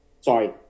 sorry